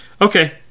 okay